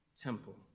temple